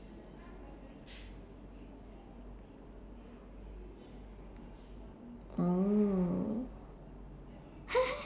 oh